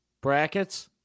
Brackets